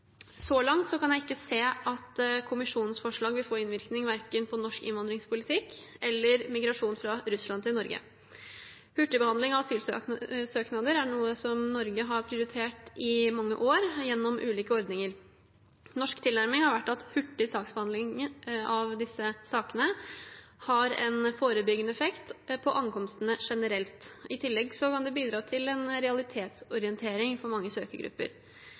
Så langt kan jeg ikke se at Kommisjonens forslag vil få innvirkning verken på norsk innvandringspolitikk eller migrasjon fra Russland til Norge. Hurtigbehandling av asylsøknader er noe Norge har prioritert i mange år, gjennom ulike ordninger. Norsk tilnærming har vært at hurtig behandling av disse sakene har en forebyggende effekt på ankomstene generelt. I tillegg kan det bidra til en realitetsorientering for mange søkergrupper.